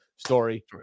story